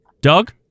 Doug